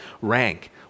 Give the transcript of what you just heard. rank